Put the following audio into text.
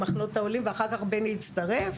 למחנות העולים ואחר כך בני הצטרף.